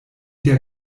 der